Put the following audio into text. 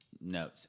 No